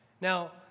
Now